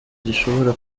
gishobora